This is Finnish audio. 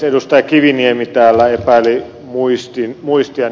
edustaja kiviniemi täällä epäili muistiani